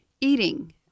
eating